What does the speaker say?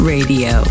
Radio